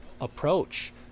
approach